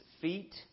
feet